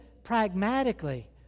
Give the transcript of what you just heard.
pragmatically